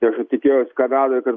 ir tikėjosi kanadoj kad